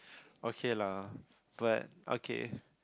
okay lah but okay